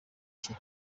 cye